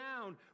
down